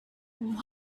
what